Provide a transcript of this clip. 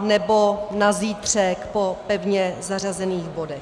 nebo na zítřek po pevně zařazených bodech.